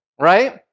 Right